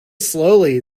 slowly